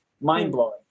Mind-blowing